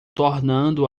tornando